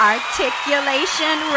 Articulation